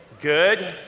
Good